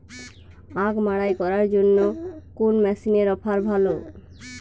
আখ মাড়াই করার জন্য কোন মেশিনের অফার ভালো?